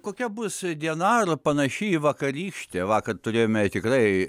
kokia bus diena ar panaši į vakarykštę vakar turėjome tikrai